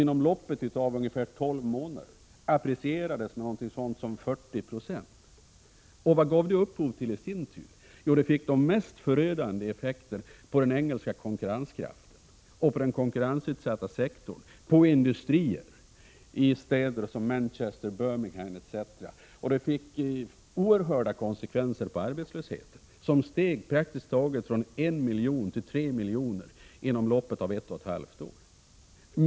Inom loppet av ungefär tolv månader apprecierades det med ca 40 96. Vad gav det i sin tur upphov till? Jo, det fick de mest förödande effekter på den engelska konkurrenskraften, den konkurrensutsatta sektorn och industrier i städer somt.ex. Manchester och Birmingham. Det fick också oerhörda konsekvenser på arbetslösheten, som praktiskt taget steg från 1 miljon till 3 miljoner inom loppet av ett och ett halvt år.